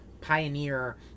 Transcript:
pioneer